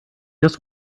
just